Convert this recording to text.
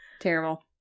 Terrible